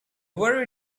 very